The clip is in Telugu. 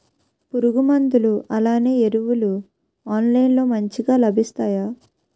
పురుగు మందులు అలానే ఎరువులు ఆన్లైన్ లో మంచిగా లభిస్తాయ?